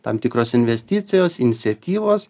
tam tikros investicijos iniciatyvos